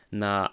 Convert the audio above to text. na